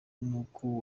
n’uko